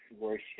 worship